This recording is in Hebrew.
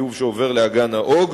אגן האוג,